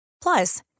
Plus